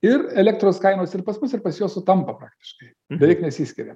ir elektros kainos ir pas mus ir pas juos sutampa praktiškai beveik nesiskiria